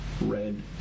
Red